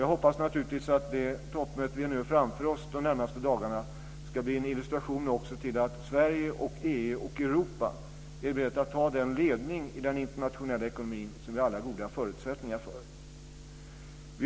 Jag hoppas naturligtvis att det toppmöte vi har framför oss de närmaste dagarna också ska bli en illustration av att Sverige, EU och Europa är berett att ta den ledning i den internationella ekonomin som vi har alla goda förutsättningar för.